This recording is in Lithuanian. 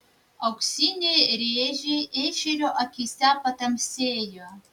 auksiniai rėžiai ešerio akyse patamsėjo